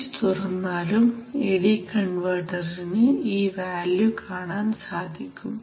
switch തുറന്നാലും A D കൺവെർട്ടറിന് ഈ വാല്യു കാണാൻ സാധിക്കും